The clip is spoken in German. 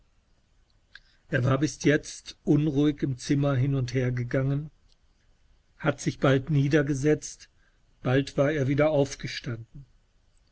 er war bis jetzt unruhig im zimmer hin und hergegangen hatet sich bald niedergesetzt bald war er wieder aufgestanden